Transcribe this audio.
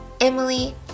Emily